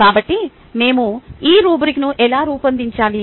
కాబట్టి మేము ఈ రుబ్రిక్ను ఎలా రూపొందించాలి